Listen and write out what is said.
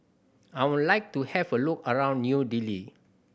I would like to have a look around New Delhi